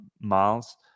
miles